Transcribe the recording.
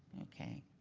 okay.